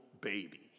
baby